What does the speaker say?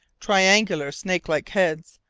triangular snake-like heads,